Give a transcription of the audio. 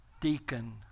deacon